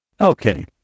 Okay